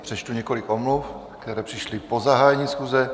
Přečtu několik omluv, které přišly po zahájení schůze.